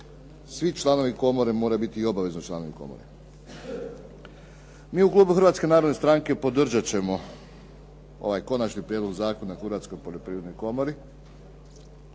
svi članovi komore moraju biti i obavezno članovi komore. Mi u klubu Hrvatske narodne stranke podržat ćemo ovaj Konačni prijedlog zakona o Hrvatskoj poljoprivrednoj komori